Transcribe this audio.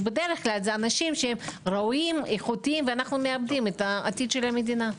בדרך כלל זה אנשים ראויים ואיכותיים ואנחנו מאבדים את העתיד של המדינה.